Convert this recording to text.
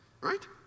right